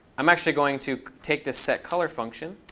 i'm actually going to take this setcolor function.